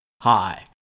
Hi